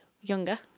younger